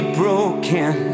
broken